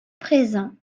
présent